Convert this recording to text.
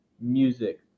music